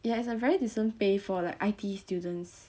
it has a very decent pay for like I_T students